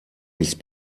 ist